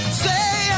say